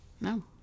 no